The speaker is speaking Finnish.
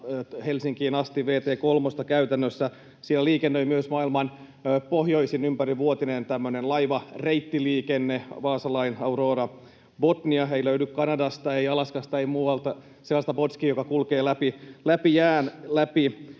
Helsinkiin asti vt 3:a käytännössä. Siellä liikennöi myös maailman pohjoisin ympärivuotinen laivareittiliikenne, Wasaline Aurora Botnia. Ei löydy Kanadasta, ei Alaskasta, ei muualta sellaista botskia, joka kulkee läpi jään läpi